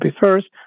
first